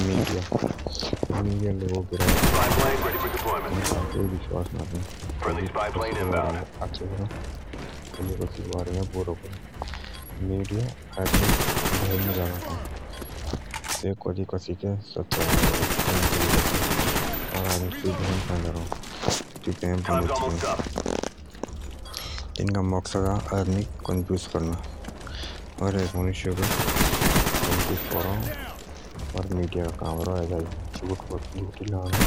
मिडिया लोगों कि राय मत लो तिनुका किच्छ भरोसा ना आती कलेइ कसिके बारे मुझ आच्छो बोल कलेइ बुरो मिडिया आदमीक वेम मुझ राख से कसिक पुण सचाई ना बोल इनका मकसद अ मनुष्यक कन्फ्यूज करना मिडिया का काम रवा एजाइ कि